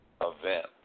event